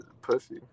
Pussy